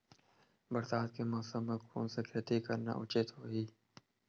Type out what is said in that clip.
बरसात के मौसम म कोन से खेती करना उचित होही?